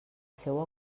seua